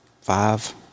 five